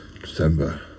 December